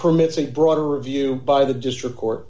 permits a broader review by the district court